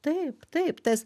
taip taip tas